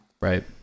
right